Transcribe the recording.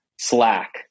slack